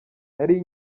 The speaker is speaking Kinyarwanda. nari